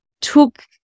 took